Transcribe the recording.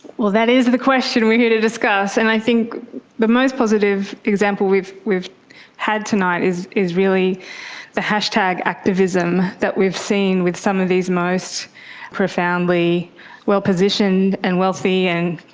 well, that is the question we are here to discuss. and i think the most positive example we've we've had tonight is is really the hashtag activism that we've seen with some of these most profoundly well-positioned and wealthy and,